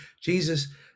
jesus